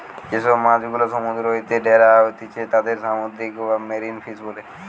যে সব মাছ গুলা সমুদ্র হইতে ধ্যরা হতিছে তাদির সামুদ্রিক বা মেরিন ফিশ বোলে